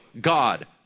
God